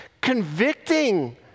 convicting